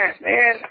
man